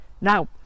Now